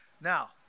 Now